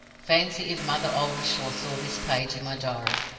fancy if mother oldershaw saw this page in my diary!